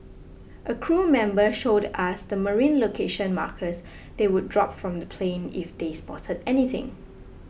a crew member showed us the marine location markers they would drop from the plane if they spotted anything